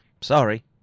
Sorry